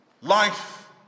Life